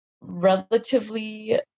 relatively